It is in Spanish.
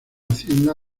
hacienda